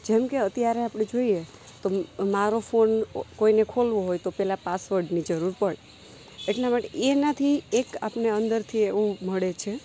જેમકે અત્યારે આપણે જોઈએ તો મારો ફોન કોઈને ખોલવો હોય તો પહેલાં પાસવર્ડની જરૂર પડે એટલા માટે એનાથી એક આપણને અંદરથી એવું મળે છે